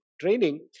training